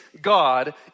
God